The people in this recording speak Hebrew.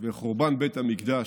וחורבן בית המקדש,